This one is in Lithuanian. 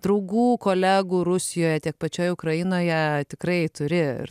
draugų kolegų rusijoje tiek pačioj ukrainoje tikrai turi ir